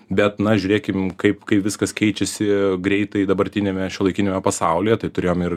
bet na žiūrėkim kaip kai viskas keičiasi greitai dabartiniame šiuolaikiniame pasaulyje tai turėjom ir